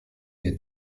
your